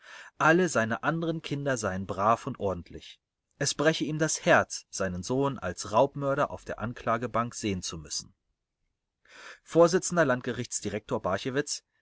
alle seine anderen kinder seien brav und ordentlich es breche ihm das herz seinen sohn als raubmörder auf der anklagebank sehen zu müssen vors landgerichtsdirektor